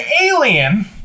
alien